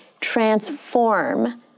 transform